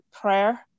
prayer